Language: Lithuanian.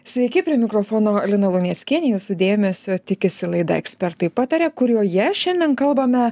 sveiki prie mikrofono lina luneckienė jūsų dėmesio tikisi laida ekspertai pataria kurioje šiandien kalbame